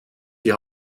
die